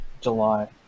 July